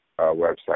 website